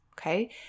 Okay